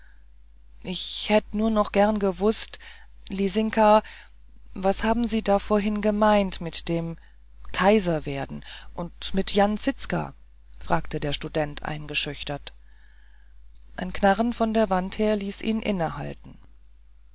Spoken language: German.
ich hätt nur noch gern gewußt lisinka was haben sie da vorhin gemeint mit dem kaiser werden und mit jan zizka fragte der student eingeschüchtert ein knarren von der wand her ließ ihn innehalten